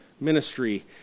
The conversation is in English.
ministry